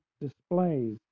displays